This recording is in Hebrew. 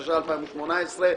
התשע"ח-2018.